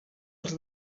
als